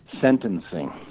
sentencing